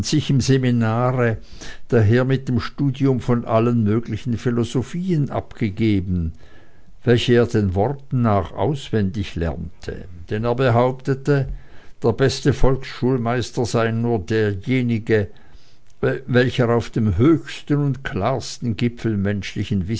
sich im seminare daher mit dem studium von allen möglichen philosophien abgegeben welche er den worten nach auswendig lernte denn er behauptete der beste volksschulmeister sei nur derjenige welcher auf dem höchsten und klarsten gipfel